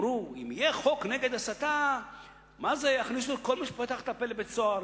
אמרו שאם יהיה חוק נגד הסתה יכניסו את כל מי שיפתח את הפה לבית-סוהר,